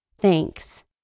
Thanks